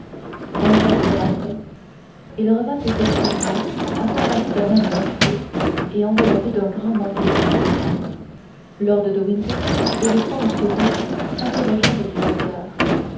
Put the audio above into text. un quart d'heure après il revint effectivement accompagné d'un homme masqué et enveloppé d'un grand manteau rouge lord de winter et les trois mousquetaires s'interrogèrent du regard